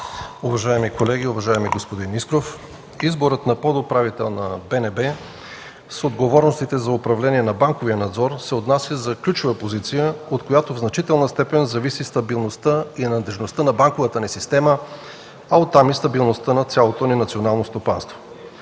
уважаеми колеги, уважаеми господин Искров! Изборът на подуправител на БНБ с отговорностите за управление на банковия надзор e за ключова позиция, от която в значителен степен зависи стабилността и надеждността на банковата ни система, а оттам и стабилността на цялото ни национално стопанство.